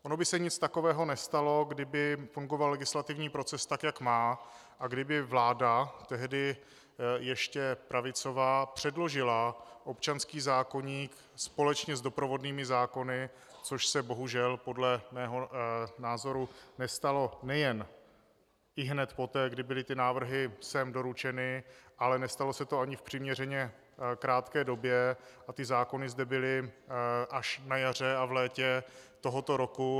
Ono by se nic takového nestalo, kdyby legislativní proces fungoval tak, jak má, a kdyby vláda, tehdy ještě pravicová, předložila občanský zákoník společně s doprovodnými zákony, což se bohužel podle mého názoru nestalo nejen ihned poté, kdy byly ty návrhy sem doručeny, ale nestalo se to ani v přiměřeně krátké době a ty zákony zde byly až na jaře a v létě tohoto roku.